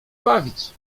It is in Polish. bawić